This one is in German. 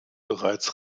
bereits